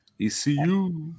ECU